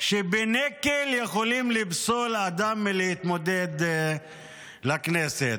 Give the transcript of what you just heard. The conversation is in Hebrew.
שבנקל יכולים לפסול אדם מלהתמודד לכנסת.